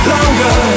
Longer